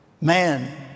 man